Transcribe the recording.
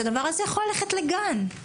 כאשר הכסף הזה יכול ללכת לגן.